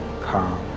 calm